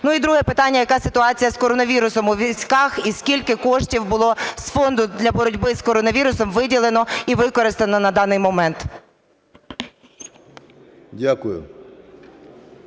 Ну, і друге питання. Яка ситуація з коронавірусом у військах і скільки коштів було з Фонду для боротьби з коронавірусом виділено і використано на даний момент?